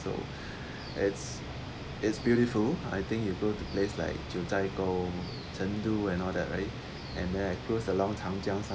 so it's it's beautiful I think you go to place like jiuzhaigou chengdu and all that right and then I cruised along chang jiang